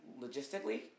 logistically